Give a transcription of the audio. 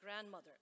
grandmother